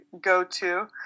go-to